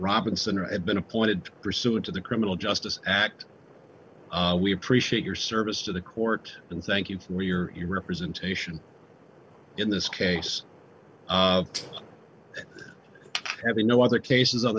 robinson or had been appointed pursuant to the criminal justice act we appreciate your service to the court and thank you for your representation in this case having no other cases on the